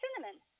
cinnamon